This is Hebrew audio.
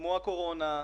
כמו הקורונה,